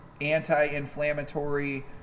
anti-inflammatory